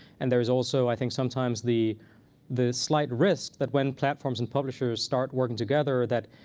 and there is also, i think, sometimes the the slight risk that when platforms and publishers start working together, that